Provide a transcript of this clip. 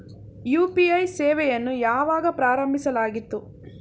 UPI ಸೇವೆಯನ್ನು ಯಾವಾಗ ಪ್ರಾರಂಭಿಸಲಾಯಿತು?